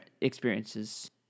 experiences